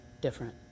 different